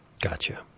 Gotcha